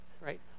right